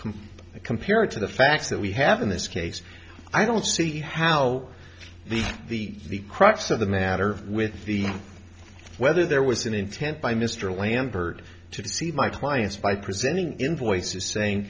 to compare it to the facts that we have in this case i don't see how the crux of the matter with the whether there was an intent by mr lambert to see my clients by presenting invoices saying